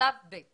שלב ב'